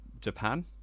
Japan